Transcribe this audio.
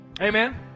Amen